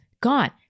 gone